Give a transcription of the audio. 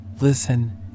Listen